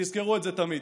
תזכרו את זה תמיד.